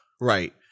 Right